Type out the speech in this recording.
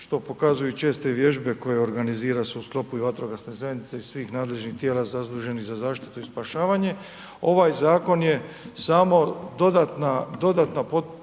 što pokazuju i česte vježbe koje organizira se u sklopu i vatrogasne zajednice i svih nadležnih tijela zaduženih za zaštitu i spašavanje. Ovaj zakon je samo dodatna potvrda